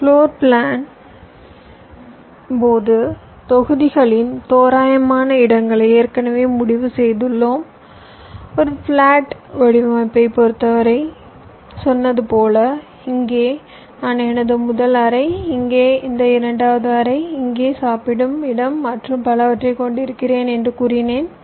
floor plan போது தொகுதிகளின் தோராயமான இடங்களை ஏற்கனவே முடிவு செய்துள்ளோம் ஒரு பிளாட் வடிவமைப்பைப் பொறுத்தவரை சொன்னது போல இங்கே நான் எனது முதல் அறை இங்கே இந்த இரண்டாவது அறை இங்கே சாப்பிடும் இடம் மற்றும் பலவற்றைக் கொண்டிருக்கிறேன் என்று கூறினேன்